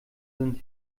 sind